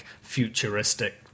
futuristic